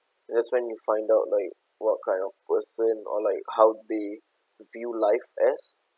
that's when you find out like what kind of person or like how they view life as